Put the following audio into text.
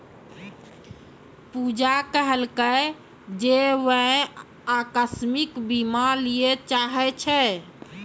पूजा कहलकै जे वैं अकास्मिक बीमा लिये चाहै छै